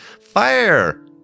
fire